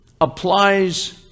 applies